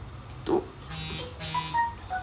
to